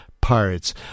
Pirates